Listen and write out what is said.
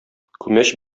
күмәч